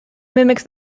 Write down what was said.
mimics